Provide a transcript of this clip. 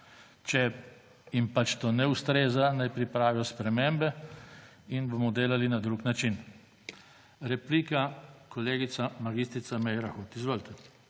Če jim to ne ustreza, naj pripravijo spremembe in bomo delali na drug način. Replika kolegica mag. Meira Hot. Izvolite.